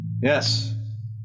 Yes